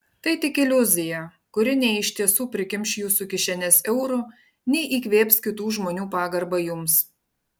tai tik iliuzija kuri nei iš tiesų prikimš jūsų kišenes eurų nei įkvėps kitų žmonių pagarbą jums